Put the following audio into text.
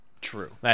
True